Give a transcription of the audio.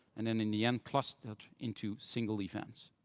and then, in the end, clustered into single events.